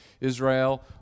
Israel